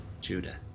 Judah